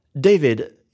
David